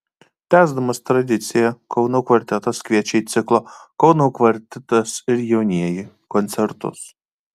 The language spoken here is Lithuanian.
tęsdamas tradiciją kauno kvartetas kviečia į ciklo kauno kvartetas ir jaunieji koncertus